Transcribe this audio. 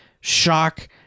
shock